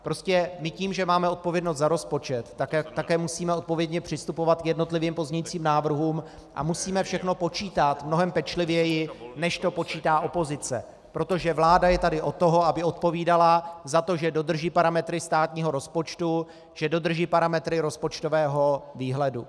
Prostě tím, že máme odpovědnost za rozpočet, také musíme odpovědně přistupovat k jednotlivým pozměňovacím návrhům a musíme všechno počítat mnohem pečlivěji, než to počítá opozice, protože vláda je tady od toho, aby odpovídala za to, že dodrží parametry státního rozpočtu, že dodrží parametry rozpočtového výhledu.